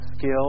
Skill